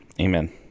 Amen